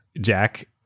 Jack